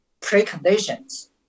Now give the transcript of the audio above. preconditions